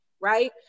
right